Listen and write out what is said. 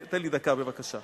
תן לי דקה, בבקשה.